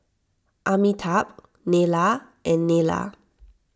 Amitabh Neila and Neila